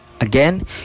Again